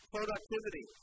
Productivity